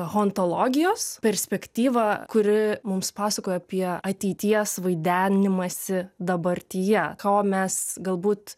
hontologijos perspektyvą kuri mums pasakoja apie ateities vaidenimąsi dabartyje ko mes galbūt